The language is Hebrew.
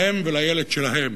להם ולילד שלהם,